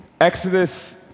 Exodus